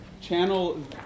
channel